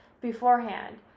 beforehand